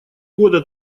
года